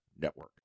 Network